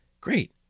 great